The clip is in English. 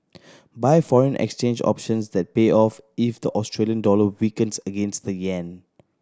buy foreign exchange options that pay off if the Australian dollar weakens against the yen